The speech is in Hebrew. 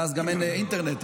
ואז גם אין אינטרנט,